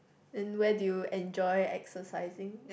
then where do you enjoy exercising